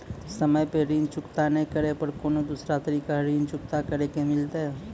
समय पर ऋण चुकता नै करे पर कोनो दूसरा तरीका ऋण चुकता करे के मिलतै?